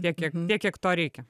tiek kiek tiek kiek to reikia